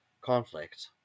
Conflict